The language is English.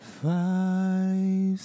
five